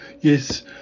yes